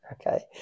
Okay